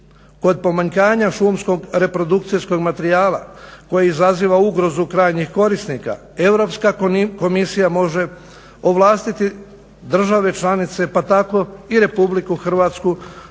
Kod pomanjkanja šumskog reprodukcijskog materijala koje izaziva ugrozu krajnjih korisnika Europska komisija može ovlastiti države članice pa tako i Republiku Hrvatsku